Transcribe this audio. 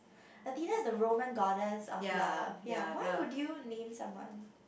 Athena is the Roman goddess of love ya why would you name someone